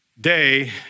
day